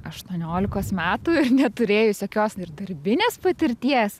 aštuoniolikos metų ir neturėjus jokios darbinės patirties